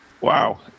wow